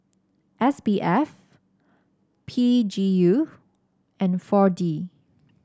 S B F P G U and four D